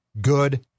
good